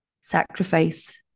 Sacrifice